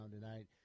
tonight